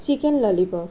chicken lollypop